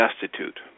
destitute